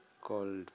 Called